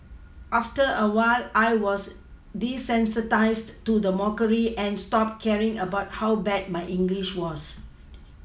after a while I was desensitised to the mockery and stopped caring about how bad my English was